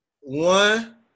one